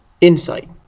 insight